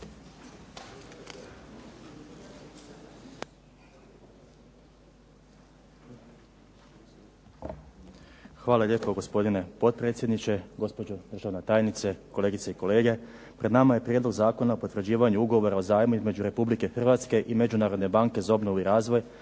Hvala lijepo gospodine potpredsjedniče, gospođo državna tajnice, kolegice i kolege. Pred nama je Prijedlog Zakona o potvrđivanju Ugovora o zajmu između Republike Hrvatske i Međunarodne banke za obnovu i razvoj